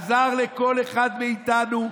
עזר לכל אחד מאיתנו,